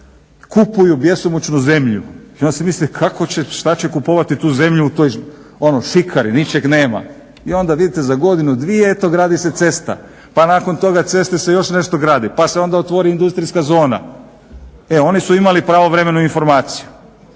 kupuju bjesomučno zemlju i onda se misle šta će kupovati tu zemlju u toj šikari, ničeg nema i onda vidite za godinu, dvije eto gradi se cesta, pa nakon ceste se još nešto gradi, pa se onda otvori industrijska zona. E oni su imali pravovremenu informaciju.